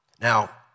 Now